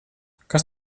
kas